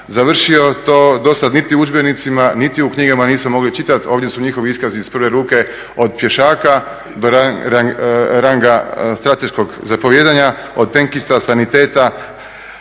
završio, to do sad niti u udžbenicima, niti u knjigama nismo mogli čitati, ovdje su njihovi iskazi iz prve ruke, od pješaka do ranga strateškog zapovijedanja, od tenkista, saniteta,